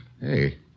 Hey